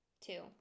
two